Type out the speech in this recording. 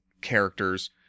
characters